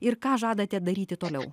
ir ką žadate daryti toliau